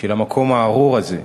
של המקום הארור הזה.